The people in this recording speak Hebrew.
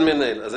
יש